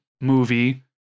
movie